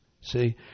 see